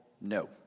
no